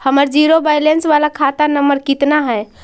हमर zero balance बाला खाता नम्बर कितना है?